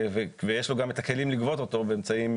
ויש לו גם את הכלים לגבות אותו באמצעים